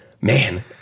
man